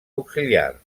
auxiliar